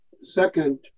Second